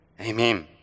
Amen